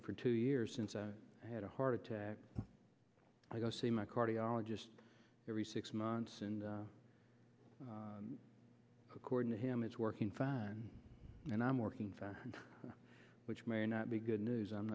it for two years since i had a heart attack i go see my cardiologist every six months and according to him it's working fine and i'm working which may not be good news i'm